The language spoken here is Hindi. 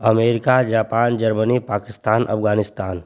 America Japan Germany Pakistan Afghanistan